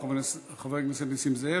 חבר הכנסת נסים זאב.